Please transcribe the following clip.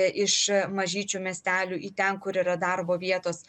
iš mažyčių miestelių į ten kur yra darbo vietos